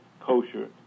kosher